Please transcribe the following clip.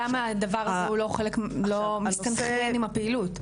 למה הדבר הזה הוא לא מסתנכרן עם הפעילות?